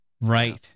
Right